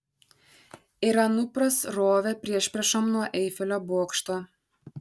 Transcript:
ir anupras rovė priešpriešom nuo eifelio bokšto